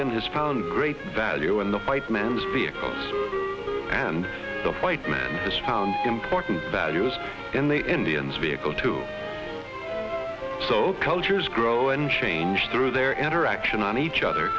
andean has found great value in the white man's vehicle and the white man has found important values in the indians vehicle two so cultures grow and change through their interaction on each other